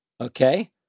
Okay